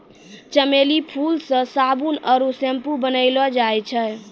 चमेली फूल से साबुन आरु सैम्पू बनैलो जाय छै